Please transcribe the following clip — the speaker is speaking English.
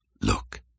Look